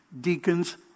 deacons